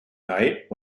night